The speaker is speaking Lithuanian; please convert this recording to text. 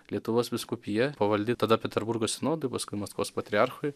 lietuvos vyskupija pavaldi tada peterburgo sinodui paskui maskvos patriarchui